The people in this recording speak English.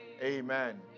Amen